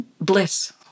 bliss